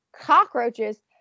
cockroaches